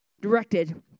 directed